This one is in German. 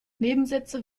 nebensätze